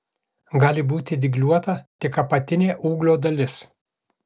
gali būti dygliuota tik apatinė ūglio dalis